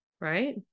right